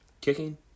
Kicking